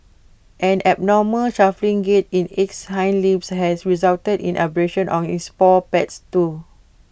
an abnormal shuffling gait in its hind limbs has resulted in abrasions on its paw pads too